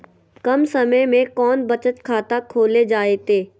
कम समय में कौन बचत खाता खोले जयते?